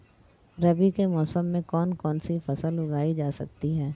रबी मौसम में कौन कौनसी फसल उगाई जा सकती है?